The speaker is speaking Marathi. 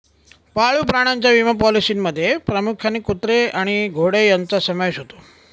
पाळीव प्राण्यांच्या विमा पॉलिसींमध्ये प्रामुख्याने कुत्रे आणि घोडे यांचा समावेश होतो